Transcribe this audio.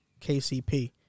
KCP